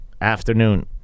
afternoon